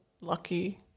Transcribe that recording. lucky